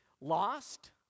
Lost